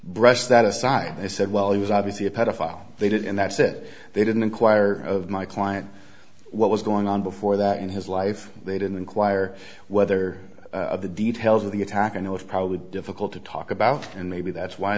brushed that aside they said well it was obviously a pedophile they did and that's it they didn't inquire of my client what was going on before that in his life they didn't inquire whether the details of the attack and it was probably difficult to talk about and maybe that's why